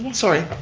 sorry.